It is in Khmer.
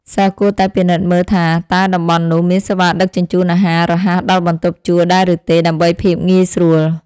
សិស្សគួរតែពិនិត្យមើលថាតើតំបន់នោះមានសេវាដឹកជញ្ជូនអាហាររហ័សដល់បន្ទប់ជួលដែរឬទេដើម្បីភាពងាយស្រួល។